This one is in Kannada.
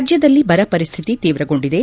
ರಾಜ್ಜದಲ್ಲಿ ಬರಪರಿಸ್ತಿತಿ ತೀವ್ರಗೊಂಡಿದೆ